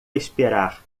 esperar